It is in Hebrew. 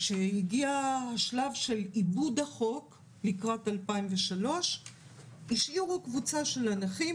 כשהגיע השלב של עיבוד החוק לקראת 2003 השאירו קבוצה של הנכים,